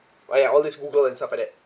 !aiya! all this Google and stuff like that